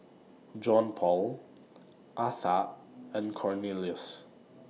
Johnpaul Atha and Cornelius